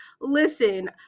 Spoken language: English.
Listen